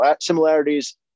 similarities